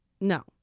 no